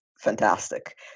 fantastic